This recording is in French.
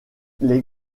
les